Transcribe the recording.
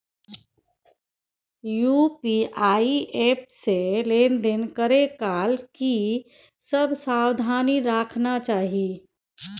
UPI app से लेन देन करै काल की सब सावधानी राखना चाही?